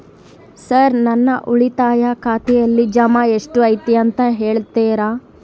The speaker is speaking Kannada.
ಸರ್ ನನ್ನ ಉಳಿತಾಯ ಖಾತೆಯಲ್ಲಿ ಜಮಾ ಎಷ್ಟು ಐತಿ ಅಂತ ಹೇಳ್ತೇರಾ?